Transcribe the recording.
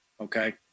okay